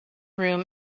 room